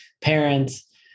parents